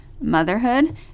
Motherhood